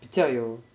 比较有